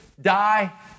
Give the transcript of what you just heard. die